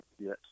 Yes